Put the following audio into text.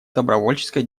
добровольческой